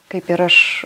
kaip ir aš